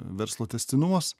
verslo tęstinumas